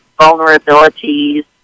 vulnerabilities